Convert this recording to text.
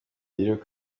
rick